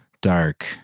dark